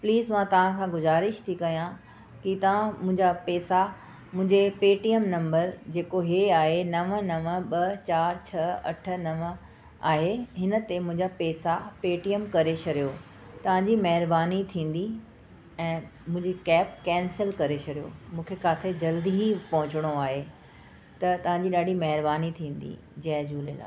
please मां तव्हां खां गुज़ारिश थी कयां की तव्हां मुंहिंजा पैसा मुंहिंजे पेटीएम नम्बर जेको हीअ आहे नव नव ॿ चारि छह अठ नव आहे हिन ते मुंहिंजा पैसा पेटीएम करे छॾियो तव्हांजी महिरबानी थींदी ऐं मुंहिंजी कैब केंसिल करे छॾियो मूंखे काथे जल्दी ई पहुचणो आहे त तव्हांजी ॾाढी महिरबानी थींदी जय झूलेलाल